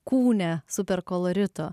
kūne super kolorito